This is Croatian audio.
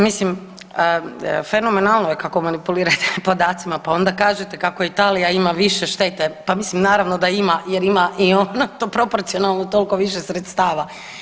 Mislim fenomenalno je kako manipulirate podacima pa onda kažete kako Italija ima više štete, pa mislim naravno da ima jer ima ona i proporcionalno toliko više sredstava.